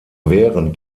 während